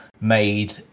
made